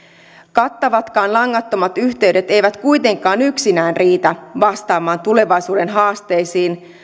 kattavatkaan langattomat yhteydet eivät kuitenkaan yksinään riitä vastaamaan tulevaisuuden haasteisiin